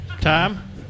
Tom